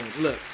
Look